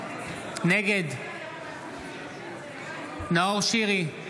נגד נאור שירי,